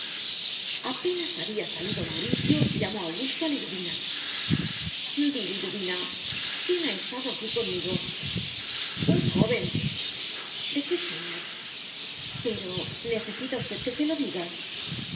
apenas había salido mauricio llamó augusto a liduvina di liduvina quién ha estado aquí conmigo un joven de qué señas pero necesita usted que se lo diga